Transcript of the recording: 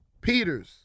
Peters